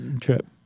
Trip